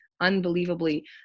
unbelievably